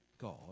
God